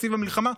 בתקציב המלחמה,